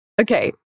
Okay